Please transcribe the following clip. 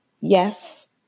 Yes